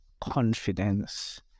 confidence